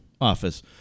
office